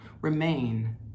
Remain